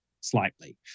slightly